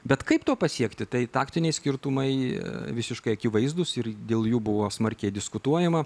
bet kaip to pasiekti tai taktiniai skirtumai visiškai akivaizdūs ir dėl jų buvo smarkiai diskutuojama